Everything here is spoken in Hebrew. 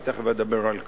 ותיכף אדבר על כך.